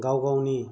गाव गावनि